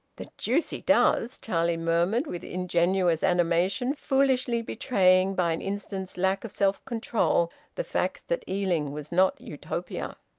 the deuce he does! charlie murmured, with ingenuous animation, foolishly betraying by an instant's lack of self-control the fact that ealing was not utopia.